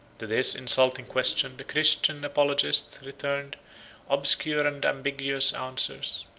to this insulting question the christian apologists returned obscure and ambiguous answers,